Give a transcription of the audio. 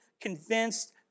convinced